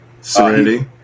Serenity